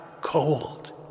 cold